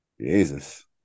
Jesus